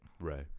Right